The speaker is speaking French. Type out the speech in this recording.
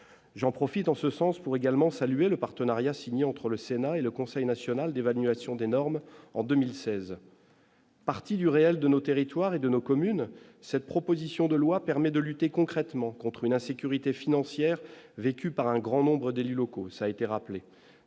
j'en profite, en ce sens pour également salué le partenariat signé entre le Sénat et le Conseil national d'évaluation des normes en 2016. Parti du réel de nos territoires et de nos communes, cette proposition de loi permet de lutter concrètement contre une insécurité financière vécue par un grand nombre d'élus locaux, ça a été rappelé,